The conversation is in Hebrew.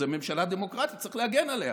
זו ממשלה דמוקרטית, צריך להגן עליה.